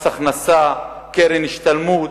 מס הכנסה, קרן השתלמות,